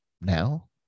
Now